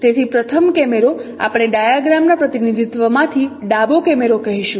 તેથી પ્રથમ કેમેરો આપણે ડાયાગ્રામના પ્રતિનિધિત્વમાંથી ડાબો કેમરો કહીશું